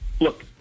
Look